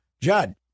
Judd